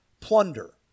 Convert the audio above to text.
plunder